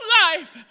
life